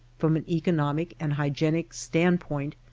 from an economic and hygienic stand-point,